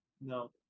No